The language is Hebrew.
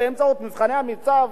באמצעות מבחני המיצ”ב,